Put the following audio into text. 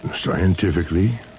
scientifically